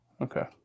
Okay